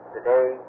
Today